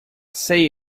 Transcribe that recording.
say